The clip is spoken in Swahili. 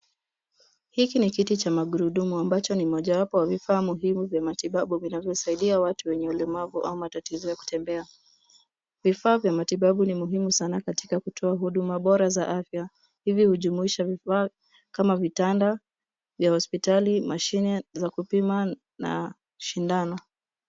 Hiki ni kiti cha magurudumu ambacho ni mojawapo ya vifaa muhimu vya matibabu vinavyosaidia watu wenye ulemavu au matatizo ya kutembea. Vifaa vya matibabu ni muhimu sana katika kutoa huduma bora za afya hivyo hujumuisha vifaa kama vitanda vya hosipitali, mashine za kupima na shindano.